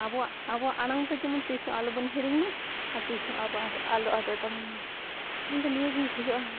ᱟᱵᱚᱣᱟᱜ ᱟᱵᱚᱣᱟᱜ ᱟᱲᱟᱝᱛᱮ ᱡᱮᱢᱚᱱ ᱛᱤᱥ ᱦᱚᱸ ᱟᱞᱚᱵᱚᱱ ᱦᱤᱲᱤᱧᱼᱢᱟ ᱟᱨ ᱛᱤᱥᱦᱚᱸ ᱟᱵᱚ ᱟᱫᱚ ᱟᱞᱚ ᱟᱫᱚᱜ ᱛᱟᱵᱚᱱᱼᱢᱟ ᱤᱧᱫᱚ ᱱᱤᱭᱟᱹᱜᱤᱧ ᱠᱷᱚᱡᱚᱜᱼᱟ